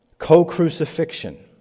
Co-crucifixion